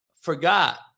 Forgot